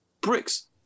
bricks